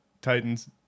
Titans